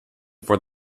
for